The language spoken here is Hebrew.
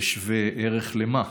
זה שווה ערך למה?